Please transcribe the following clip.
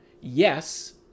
Yes